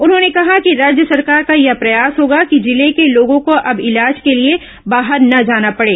उन्होंने कहा कि राज्य सरकार का यह प्रयास होगा कि जिले के लोगों को अब इलाज के लिए बाहर न जाना पड़े